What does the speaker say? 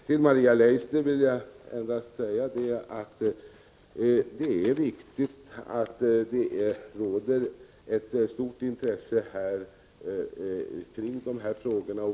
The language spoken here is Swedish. Till Maria Leissner vill jag endast säga att det är viktigt att det råder ett stort intresse kring dessa frågor.